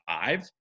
five